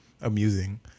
amusing